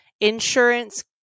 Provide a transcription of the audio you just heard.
insurance